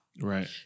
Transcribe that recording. Right